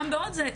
גם לא רק זה,